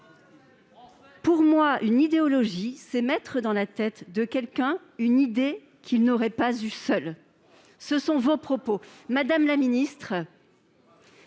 Pour moi, une idéologie, c'est mettre dans la tête de quelqu'un une idée qu'il n'aurait pas eue seul »: ce sont vos propos ! Madame la ministre,